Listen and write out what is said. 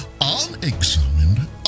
unexamined